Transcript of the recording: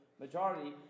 majority